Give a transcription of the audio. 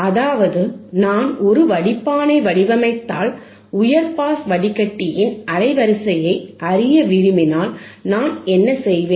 அதாவது நான் ஒரு வடிப்பானை வடிவமைத்தால் உயர் பாஸ் வடிகட்டியின் அலைவரிசையை அறிய விரும்பினால் நான் என்ன செய்வேன்